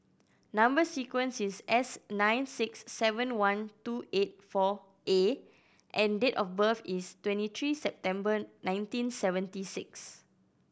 number sequence is S nine six seven one two eight four A and date of birth is twenty three September nineteen seventy six